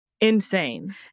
insane